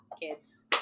kids